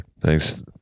Thanks